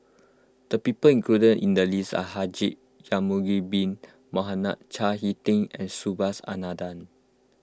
the people included in the list are Haji Ya'Acob Bin Mohamed Chao Hick Tin and Subhas Anandan